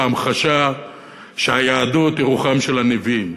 ההמחשה שהיהדות היא רוחם של נביאים,